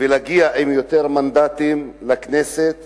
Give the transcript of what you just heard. ולהגיע עם יותר מנדטים לכנסת